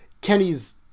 Kenny's